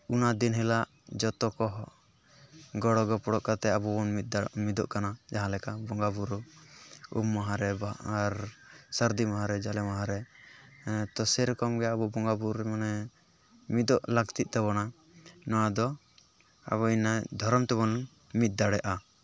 ᱚᱱᱟ ᱫᱤᱱ ᱦᱤᱞᱳᱜ ᱡᱚᱛᱚ ᱠᱚ ᱜᱚᱲᱚᱼᱜᱚᱯᱚᱲᱚ ᱠᱟᱛᱮ ᱟᱵᱚ ᱵᱚᱱ ᱢᱤᱫ ᱫᱟᱲᱮ ᱢᱤᱫᱚᱜ ᱠᱟᱱᱟ ᱡᱟᱦᱟᱸ ᱞᱮᱠᱟ ᱵᱚᱸᱜᱟ ᱵᱩᱨᱩ ᱩᱢ ᱢᱟᱦᱟ ᱨᱮ ᱟᱨ ᱥᱟᱨᱫᱤ ᱢᱟᱦᱟ ᱨᱮ ᱡᱟᱞᱮ ᱢᱟᱦᱟ ᱨᱮ ᱛᱚ ᱥᱮ ᱨᱚᱠᱚᱢ ᱜᱮ ᱟᱵᱚ ᱵᱚᱸᱜᱟ ᱵᱩᱨᱩ ᱨᱮ ᱢᱟᱱᱮ ᱢᱤᱫᱚᱜ ᱞᱟᱹᱠᱛᱤᱜ ᱛᱟᱵᱚᱱᱟ ᱱᱚᱣᱟ ᱫᱚ ᱟᱵᱚ ᱤᱱᱟᱹ ᱫᱷᱚᱨᱚᱢ ᱛᱮᱵᱚᱱ ᱢᱤ ᱫᱟᱲᱮᱭᱟᱜᱼᱟ